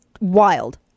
wild